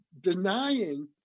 denying